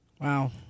Wow